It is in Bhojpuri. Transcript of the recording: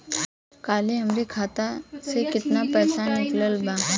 काल्हे हमार खाता से केतना पैसा निकलल बा?